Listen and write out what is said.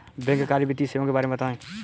बैंककारी वित्तीय सेवाओं के बारे में बताएँ?